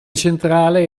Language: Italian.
centrale